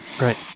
right